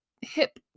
hip